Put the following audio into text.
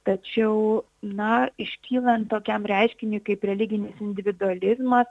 tačiau na iškylant tokiam reiškiniui kaip religinis individualizmas